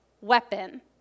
Weapon